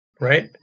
Right